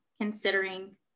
considering